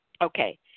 okay